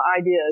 ideas